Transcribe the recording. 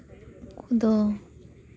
ᱩᱱᱠᱩ ᱫᱚ